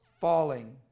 falling